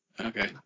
Okay